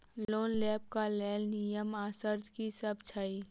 Loan लेबऽ कऽ लेल नियम आ शर्त की सब छई?